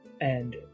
and-